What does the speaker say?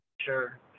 Sure